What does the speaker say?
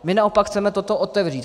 My naopak chceme toto otevřít.